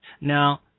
Now